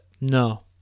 no